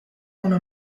una